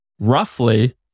roughly